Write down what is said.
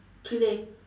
three day